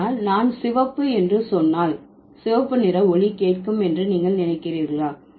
ஆனால் நான் சிவப்பு என்று சொன்னால் சிவப்பு நிற ஒலி கேட்கும் என்று நீங்கள் நினைக்கிறீர்களா